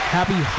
Happy